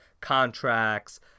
contracts